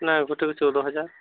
ନାଁ ଗୋଟେକୁ ଚଉଦ ହଜାର